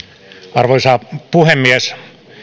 arvoisa puhemies